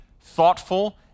thoughtful